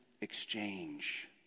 exchange